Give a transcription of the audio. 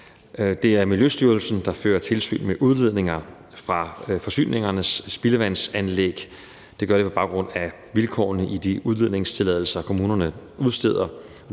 Det er Miljøstyrelsen, der fører tilsyn med udledninger fra forsyningsvirksomhedernes spildevandsanlæg. Det gør de på baggrund af vilkårene i de udledningstilladelser, kommunerne udsteder.